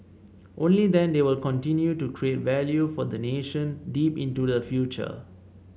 only then they will continue to create value for the nation deep into the future